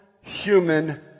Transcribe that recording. human